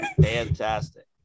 Fantastic